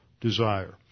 desire